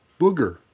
Booger